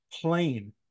plain